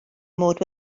mod